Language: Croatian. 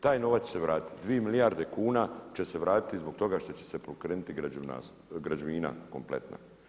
Taj novac će se vratiti, dvije milijarde kuna će se vratiti zbog toga što će se pokrenuti građevina kompletna.